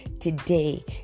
today